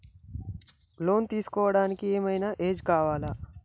Loan తీస్కోవడానికి ఏం ఐనా ఏజ్ కావాలా?